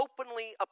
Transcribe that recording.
openly